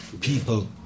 people